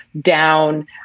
down